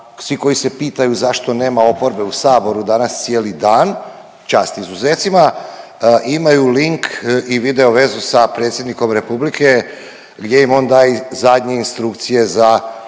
svi koji se pitaju zašto nema oporbe u saboru danas cijeli dan, čast izuzecima, imaju link i video vezu sa predsjednikom republike gdje im on daje zadnje instrukcije za